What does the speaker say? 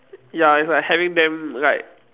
ya it's like having them like